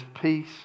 peace